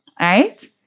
right